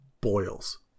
boils